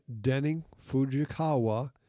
Denning-Fujikawa